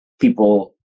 People